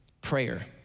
prayer